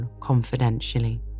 confidentially